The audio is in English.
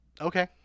Okay